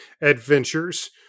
adventures